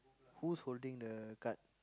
who's holding the card